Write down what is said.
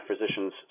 physician's